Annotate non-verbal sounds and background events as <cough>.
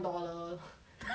<laughs>